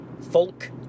Folk